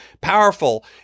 powerful